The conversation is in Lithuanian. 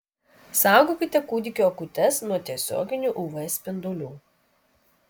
saugokite kūdikio akutes nuo tiesioginių uv spindulių